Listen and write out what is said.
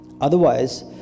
Otherwise